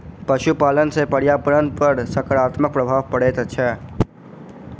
पशुपालन सॅ पर्यावरण पर साकारात्मक प्रभाव पड़ैत छै